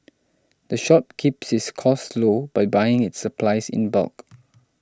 the shop keeps its costs low by buying its supplies in bulk